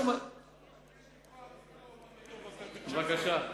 מה כתוב בפתק שקיבל השר,